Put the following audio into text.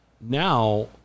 Now